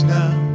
now